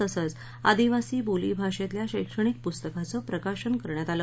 तसंच आदिवासी बोली भाषसिया शैक्षणिक पुस्तकांच प्रकाशन करण्यात आलं